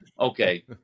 Okay